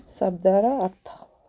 ଶବ୍ଦର ଅର୍ଥ